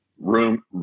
room